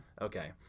Okay